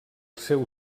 seu